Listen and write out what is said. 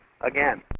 again